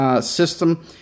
system